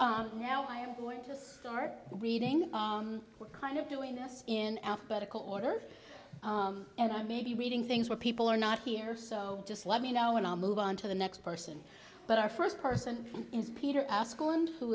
now i am going to start reading kind of doing this in alphabetical order and i may be reading things where people are not here so just let me know and i'll move on to the next person but our first person is peter who